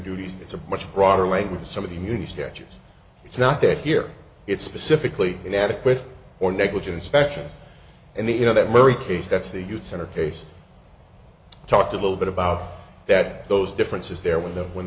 duties it's a much broader like with some of the immunity statutes it's not that here it's specifically inadequate or negligence faction in the you know that mary case that's the youth center case talked a little bit about that those differences there when the when